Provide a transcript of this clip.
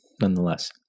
nonetheless